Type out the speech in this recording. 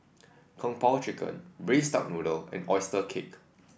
Kung Po Chicken Braised Duck Noodle and oyster cake